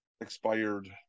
expired